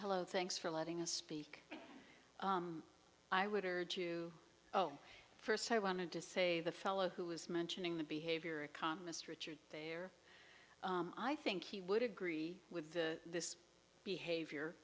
hello thanks for letting us speak i would urge you first i wanted to say the fellow who was mentioning the behavior economist richard there i think he would agree with this behavior